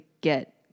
get